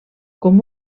com